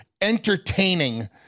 entertaining